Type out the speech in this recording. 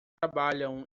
trabalham